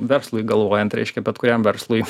verslui galvojant reiškia bet kuriam verslui